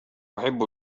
أحب